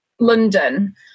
London